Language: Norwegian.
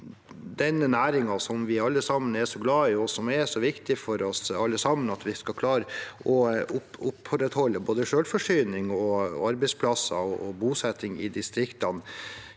denne næringen som vi alle sammen er så glad i, og som er så viktig for oss alle sammen med tanke på at vi skal klare å opprettholde både selvforsyning, arbeidsplasser og bosetting i distriktene,